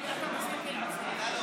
כספים.